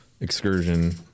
excursion